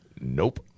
Nope